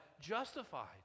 justified